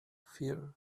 fear